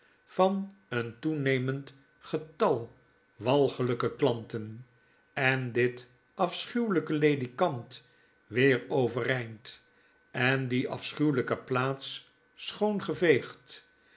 van een toenemend getal walgelpe klanten en dit afschuwelpe ledikant weer overeind en die afschuwelpe plaats schoon